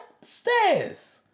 stairs